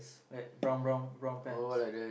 like brown brown brown pants